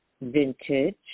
vintage